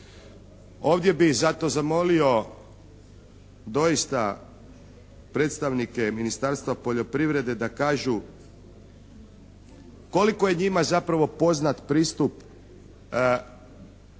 Ovdje bi zato zamolio doista predstavnike Ministarstva poljoprivrede da kažu koliko je njima zapravo poznat pristup države